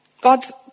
God's